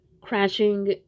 crashing